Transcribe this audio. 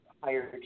higher